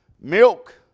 Milk